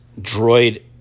droid